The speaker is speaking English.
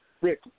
Rick